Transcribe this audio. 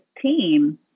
team